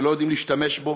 ולא יודעים להשתמש בו,